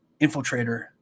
infiltrator